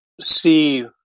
see